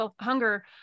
hunger